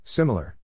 Similar